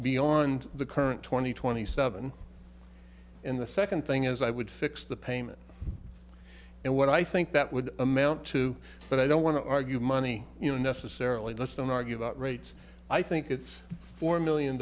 beyond the current two thousand and twenty seven in the second thing is i would fix the payment and what i think that would amount to but i don't want to argue money you know necessarily let's don't argue about rates i think it's four million